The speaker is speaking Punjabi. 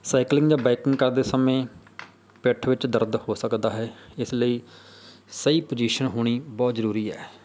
ਸਾਈਕਲਿੰਗ ਜਾਂ ਬਾਈਕਿੰਗ ਕਰਦੇ ਸਮੇਂ ਪਿੱਠ ਵਿੱਚ ਦਰਦ ਹੋ ਸਕਦਾ ਹੈ ਇਸ ਲਈ ਸਹੀ ਪੁਜੀਸ਼ਨ ਹੋਣੀ ਬਹੁਤ ਜ਼ਰੂਰੀ ਹੈ